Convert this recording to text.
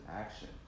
action